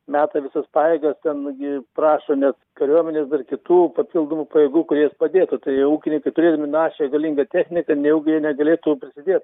meta visas pajėgas ten gi prašo net kariuomenės dar kitų papildomų pajėgų kurie padėtų tai ūkininkai turėdami našią galingą techniką nejaugi jie negalėtų prasidėt